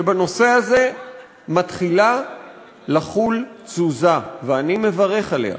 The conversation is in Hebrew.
שבנושא הזה מתחילה לחול תזוזה, ואני מברך עליה.